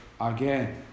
again